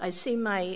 i see my